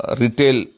retail